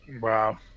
Wow